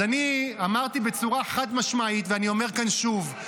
אז אני אמרתי בצורה חד-משמעית ואני אומר כאן שוב.